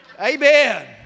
Amen